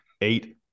Eight